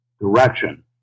direction